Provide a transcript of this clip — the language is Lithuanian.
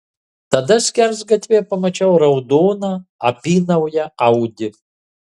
tada skersgatvyje pamačiau raudoną apynauję audi